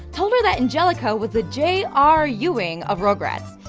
told her that angelica was the j r. ewing of rugrats.